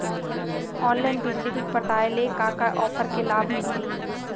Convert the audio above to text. Online बिजली bill पटाय ले का का ऑफ़र के लाभ मिलही?